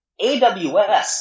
AWS